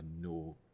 no